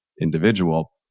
individual